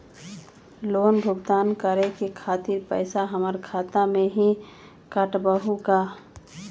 Loan भुगतान करे के खातिर पैसा हमर खाता में से ही काटबहु का?